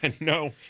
No